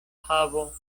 havo